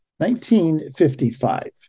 1955